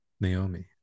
Naomi